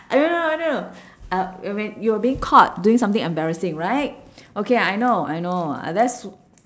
I know I know uh wh~ when you were being caught doing something embarrassing right okay I know I know I very su~